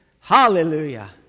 Hallelujah